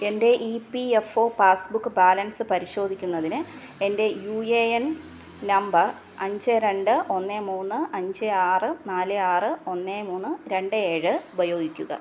എൻ്റെ E P F O passbook balance പരിശോധിക്കുന്നതിന് എൻ്റെ യു എ എൻ നമ്പർ അഞ്ച് രണ്ട് ഒന്ന് മൂന്ന് അഞ്ച് ആറ് നാല് ആറ് ഒന്ന് മൂന്ന് രണ്ട് ഏഴ് ഉപയോഗിക്കുക